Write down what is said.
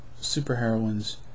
superheroines